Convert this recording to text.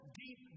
deep